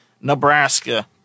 Nebraska